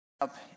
up